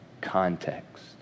context